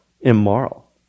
immoral